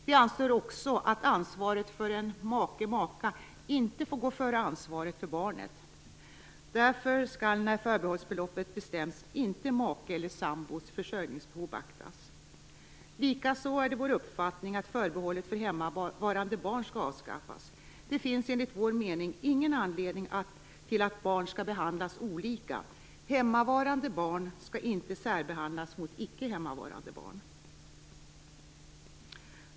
Vi anser också att ansvaret för en make/maka inte får gå före ansvaret för barnet, därför skall inte makes eller sambos försörjningsbehov beaktas när förbehållsbeloppet bestäms. Likaså är det vår uppfattning att förbehållet för hemmavarande barn skall avskaffas. Det finns enligt vår mening ingen anledning till att barn skall särbehandlas, hemmavarande barn och icke hemmavarande barn skall inte behandlas olika.